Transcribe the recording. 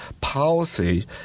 policy